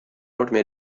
enorme